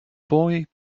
boy